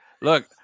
Look